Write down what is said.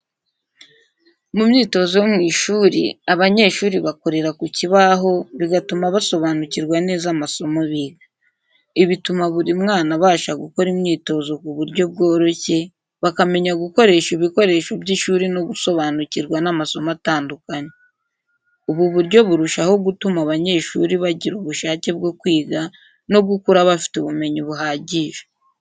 Mu myitozo yo mu ishuri, abanyeshuri bakorera ku kibaho bigatuma basobanukirwa neza amasomo biga. Ibi bituma buri mwana abasha gukora imyitozo ku buryo bworoshye, bakamenya gukoresha ibikoresho by'ishuri no gusobanukirwa n’amasomo atandukanye. Ubu buryo burushaho gutuma abanyeshuri bagira ubushake bwo kwiga no gukura bafite ubumenyi buhagije.